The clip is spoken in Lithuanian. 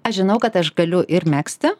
aš žinau kad aš galiu ir megzti